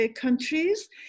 countries